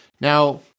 Now